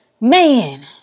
man